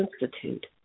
Institute